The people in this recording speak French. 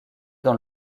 dans